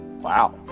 Wow